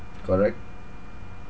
correct